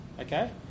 okay